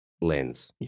lens